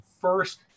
first